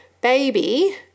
baby